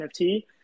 NFT